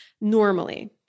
normally